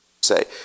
say